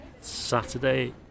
Saturday